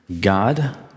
God